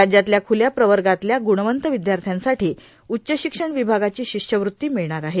राज्यातल्या खुल्या प्रवर्गातल्या गुणवंत विद्यार्थ्यांसाठी उच्च शिक्षण विभागाची शिष्यवृत्ती मिळणार आहे